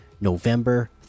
november